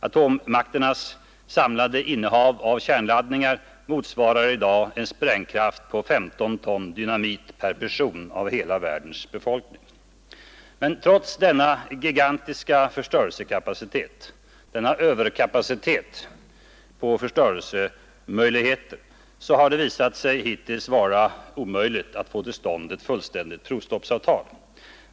Kärnvapenmakternas samlade innehav av kärnladdningar motsvarar i dag en sprängkraft på 15 ton dynamit per person av hela världens befolkning. Trots denna gigantiska förstörelsekapacitet har det hittills visat sig omöjligt att få till stånd ett fullständigt provstoppsavtal.